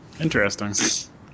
Interesting